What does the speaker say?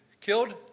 killed